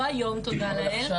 לא היום תודה לאל.